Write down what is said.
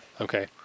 okay